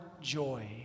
joy